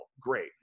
Great